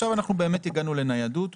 הגענו לניידות.